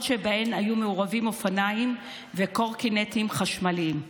שבהן היו מעורבים אופניים וקורקינטים חשמליים,